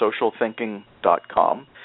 socialthinking.com